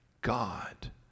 God